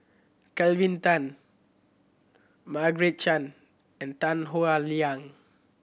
Kelvin Tan Margaret Chan and Tan Howe Liang